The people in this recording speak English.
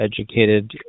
educated